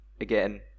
again